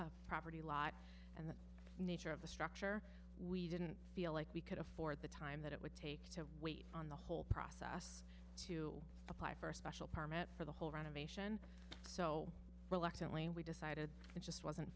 conforming property law and nature of the structure we didn't feel like we could afford the time that it would take to wait on the whole process to apply for a special permit for the whole renovation so reluctantly we decided it just wasn't